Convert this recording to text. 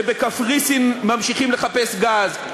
שבקפריסין ממשיכים לחפש גז,